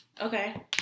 Okay